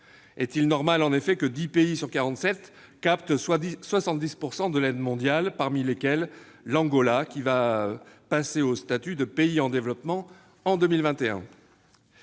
Est-il normal, en effet, que dix pays sur quarante-sept captent 70 % de l'aide mondiale, parmi lesquels l'Angola qui va passer au statut de pays en développement en 2021 ?